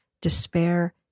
despair